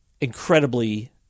incredibly